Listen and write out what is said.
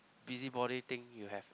busybody thing you have